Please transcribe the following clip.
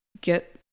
get